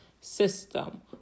system